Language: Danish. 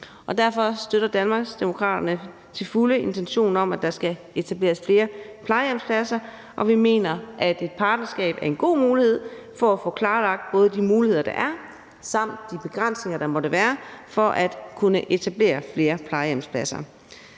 Derfor støtter Danmarksdemokraterne til fulde intentionen om, at der skal etableres flere plejehjemspladser, og vi mener, at et partnerskab er en god mulighed for at få klarlagt både de muligheder, der er, og de begrænsninger, der måtte være for at kunne etablere flere plejehjemspladser.